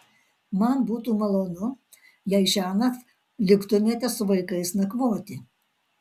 man būtų malonu jei šiąnakt liktumėte su vaikais nakvoti